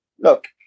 look